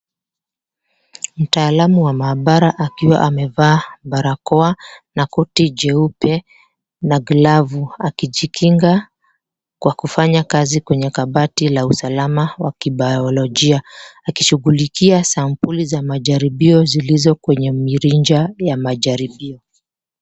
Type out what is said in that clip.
Mtaalamu wa maabara akiwa amevaa barakoa na koti jeupe na glavu akijikinga kwa kufanya kazi kwenye kabati la usalama wa kibiolojia akishighulikia sampuli za majaribio zilizo kwenye mirinja ya majaribio.